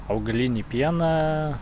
augalinį pieną